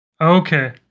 Okay